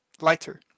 lighter